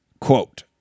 quote